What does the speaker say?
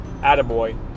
Attaboy